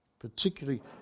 Particularly